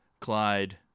Clyde